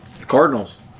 Cardinals